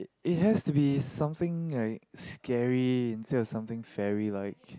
it has to be something like scary instead of something fairy right